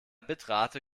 bitrate